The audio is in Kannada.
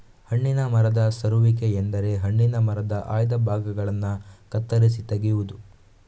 ಹಣ್ಣಿನ ಮರದ ಸರುವಿಕೆ ಎಂದರೆ ಹಣ್ಣಿನ ಮರದ ಆಯ್ದ ಭಾಗಗಳನ್ನ ಕತ್ತರಿಸಿ ತೆಗೆಯುದು